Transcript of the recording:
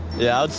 yeah,